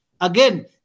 Again